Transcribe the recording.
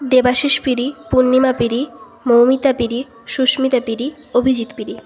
দেবাশিস পিড়ি পূর্ণিমা পিড়ি মৌমিতা পিড়ি সুস্মিতা পিড়ি অভিজিৎ পিড়ি